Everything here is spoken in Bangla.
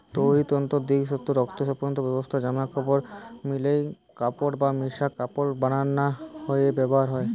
তৈরির তন্তু দিকি শক্তপোক্ত বস্তা, জামাকাপড়, মিলের কাপড় বা মিশা কাপড় বানানা রে ব্যবহার হয়